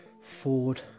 Ford